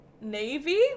Navy